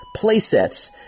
playsets